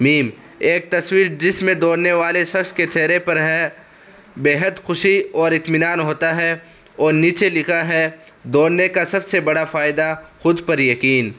میم ایک تصویر جس میں دوڑنے والے شخص کے چہرے پر ہے بےحد خوشی اور اطمینان ہوتا ہے اور نیچے لکھا ہے دوڑنے کا سب سے بڑا فائدہ خود پر یقین